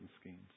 schemes